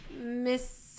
Miss